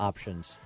Options